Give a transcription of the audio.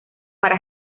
para